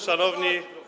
Szanowni.